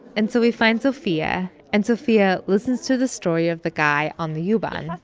and so we find sophia. and sophia listens to the story of the guy on the u-bahn.